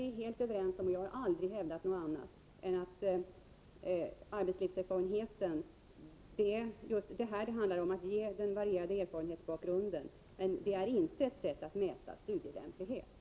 Jag har emellertid aldrig hävdat någonting annat än att arbetslivserfarenheten bara kan ge den varierade erfarenhetsbakgrunden — det är inte ett sätt att mäta studielämplighet.